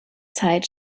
zeit